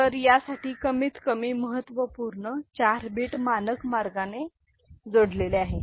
तर यासाठी कमीतकमी महत्त्वपूर्ण 4 बिट मानक मार्गाने जोडलेले आहेत